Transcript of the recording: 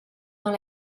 dans